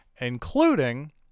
including